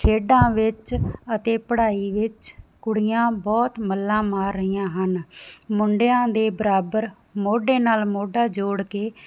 ਖੇਡਾਂ ਵਿੱਚ ਅਤੇ ਪੜ੍ਹਾਈ ਵਿੱਚ ਕੁੜੀਆਂ ਬਹੁਤ ਮੱਲਾਂ ਮਾਰ ਰਹੀਆਂ ਹਨ ਮੁੰਡਿਆਂ ਦੇ ਬਰਾਬਰ ਮੋਢੇ ਨਾਲ ਮੋਢਾ ਜੋੜ ਕੇ